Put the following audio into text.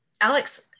Alex